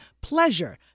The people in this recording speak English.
pleasure